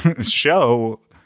show